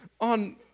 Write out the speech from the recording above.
on